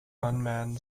unmanned